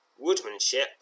woodmanship